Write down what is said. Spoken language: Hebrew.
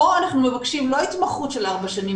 פה אנחנו מבקשים לא התמחות של ארבע שנים